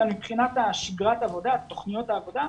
מבחינת שגרת העבודה, תוכניות העבודה,